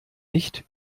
nicht